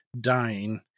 dying